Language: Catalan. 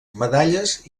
medalles